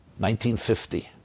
1950